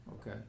Okay